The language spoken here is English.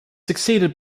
succeeded